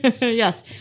Yes